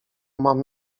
mam